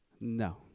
No